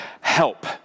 Help